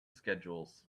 schedules